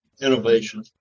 innovation